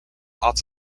off